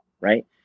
right